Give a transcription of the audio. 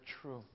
true